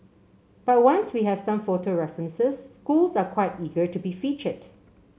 but once we have some photo references schools are quite eager to be featured